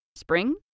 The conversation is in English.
spring